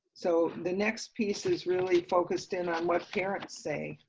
so, the next piece is really focused in on what parents say,